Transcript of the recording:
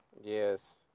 yes